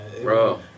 Bro